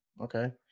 Okay